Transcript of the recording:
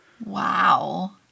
Wow